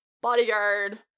bodyguard